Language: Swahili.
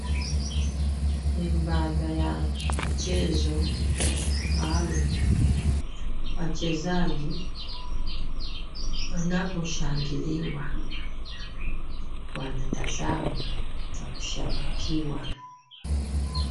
Ni baada ya michezo maalum wachezaji wanaposhangiliwa wanatazamwa na kushabikiwa.